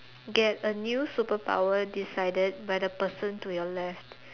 get a new superpower decided by the person to your left